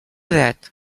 that